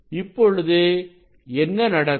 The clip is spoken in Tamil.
இப்பொழுது என்ன நடக்கும்